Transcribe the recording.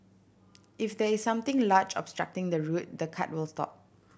if there is something large obstructing the route the cart will stop